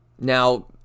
Now